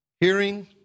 Hearing